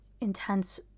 intense